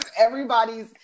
everybody's